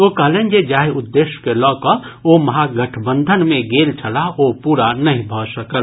ओ कहलनि जे जाहि उद्देश्य के लऽ कऽ ओ महागठबंधन मे गेल छलाह ओ पुरा नहि भऽ सकल